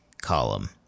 column